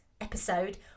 episode